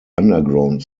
underground